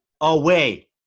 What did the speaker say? away